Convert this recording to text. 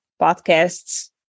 podcasts